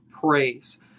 praise